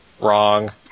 Wrong